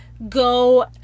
go